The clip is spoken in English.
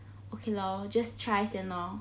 okay lor just try 先 loh